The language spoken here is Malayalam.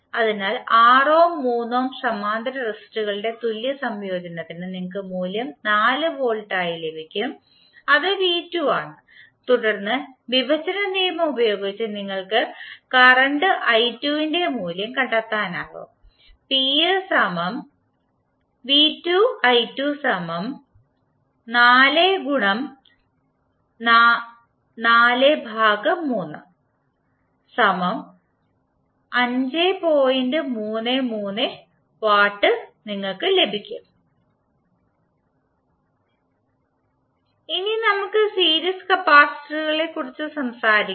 അതിനാൽ 6 ഓം 3 ഓം സമാന്തര റെസിസ്റ്ററുകളുടെ തുല്യ സംയോജനത്തിന് നിങ്ങൾക്ക് മൂല്യം 4 വോൾട്ട് ആയി ലഭിക്കും അത് v2 ആണ് തുടർന്ന് വിഭജന നിയമം ഉപയോഗിച്ച് നിങ്ങൾക്ക് കറണ്ട് ന്റെ മൂല്യം കണ്ടെത്താനാകും W ഇനി നമുക്ക് സീരീസ് കപ്പാസിറ്ററുകളെക്കുറിച്ച് സംസാരിക്കാം